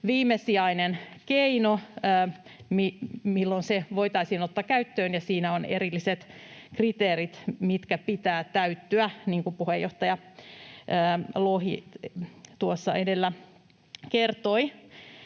viimesijainen keino, milloin se voitaisiin ottaa käyttöön, ja siinä on erilliset kriteerit, joiden pitää täyttyä, niin kuin puheenjohtaja Lohi tuossa edellä kertoi.